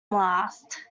last